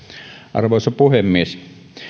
arvoisa puhemies